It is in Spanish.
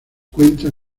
cuenta